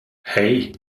hei